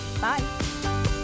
Bye